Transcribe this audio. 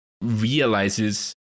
realizes